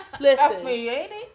listen